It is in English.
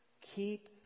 Keep